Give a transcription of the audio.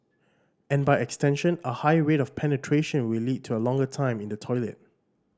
and by extension a higher rate of penetration will lead to a longer time in the toilet